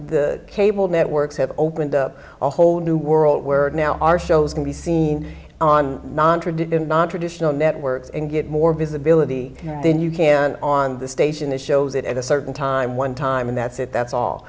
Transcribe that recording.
the cable networks have opened up a whole new world where now our shows can be seen on nontraditional nontraditional networks and get more visibility than you can on the station that shows it at a certain time one time and that's it that's all